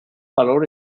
valor